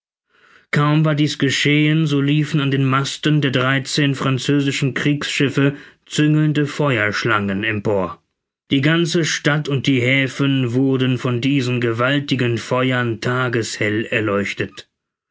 kaum war dies geschehen so liefen an den masten der dreizehn französischen kriegsschiffe züngelnde feuerschlangen empor die ganze stadt und die häfen wurden von diesen gewaltigen feuern tageshell erleuchtet